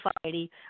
society